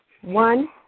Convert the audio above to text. One